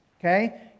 okay